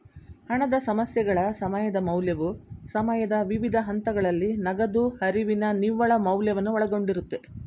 ಹಣದ ಸಮಸ್ಯೆಗಳ ಸಮಯದ ಮೌಲ್ಯವು ಸಮಯದ ವಿವಿಧ ಹಂತಗಳಲ್ಲಿ ನಗದು ಹರಿವಿನ ನಿವ್ವಳ ಮೌಲ್ಯವನ್ನು ಒಳಗೊಂಡಿರುತ್ತೆ